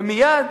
ומייד